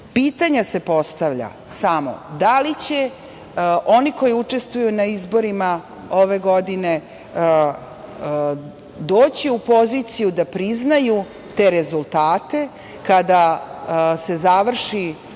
Vreme.)Pitanje se postavlja samo – da li će oni koji učestvuju na izborima ove godine doći u poziciju da priznaju te rezultate kada se završi